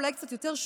אולי קצת יותר,